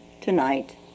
tonight